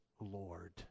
Lord